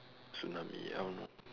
tsunami I don't know